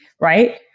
right